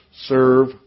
Serve